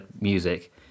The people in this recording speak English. music